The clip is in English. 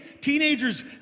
Teenagers